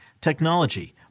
technology